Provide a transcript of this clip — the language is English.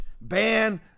ban